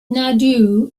nadu